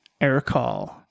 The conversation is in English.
Aircall